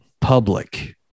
public